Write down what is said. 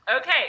Okay